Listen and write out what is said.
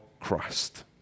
Christ